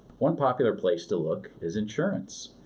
one popular place to look is insurance,